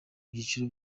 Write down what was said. byiciro